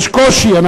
יש קושי.